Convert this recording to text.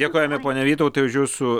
dėkojame pone vytautai už jūsų